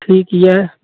ठीक यऽ